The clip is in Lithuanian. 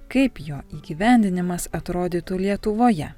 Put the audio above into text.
kaip jo įgyvendinimas atrodytų lietuvoje